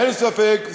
אין ספק,